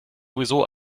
sowieso